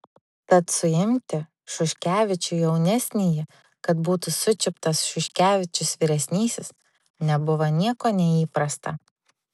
tad suimti šuškevičių jaunesnįjį kad būtų sučiuptas šuškevičius vyresnysis nebuvo nieko neįprasta